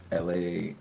LA